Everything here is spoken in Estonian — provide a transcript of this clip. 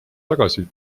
tagasi